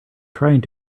trying